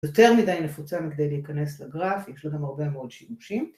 ‫יותר מדי נפוצה מכדי להיכנס לגרף, ‫יש לה גם הרבה מאוד שימושים.